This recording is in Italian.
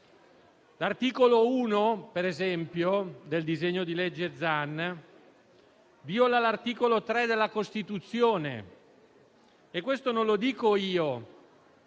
l'articolo 1 del disegno di legge Zan viola l'articolo 3 della Costituzione e questo non lo dico io,